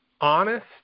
honest